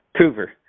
Coover